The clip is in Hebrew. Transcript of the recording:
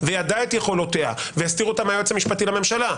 ידע את יכולותיה והסתיר אותה מהיועץ המשפטי לממשלה,